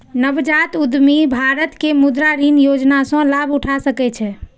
नवजात उद्यमी भारत मे मुद्रा ऋण योजना सं लाभ उठा सकै छै